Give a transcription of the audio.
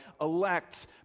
elect